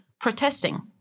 protesting